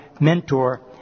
mentor